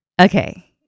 okay